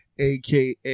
aka